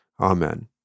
Amen